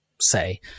say